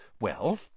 Well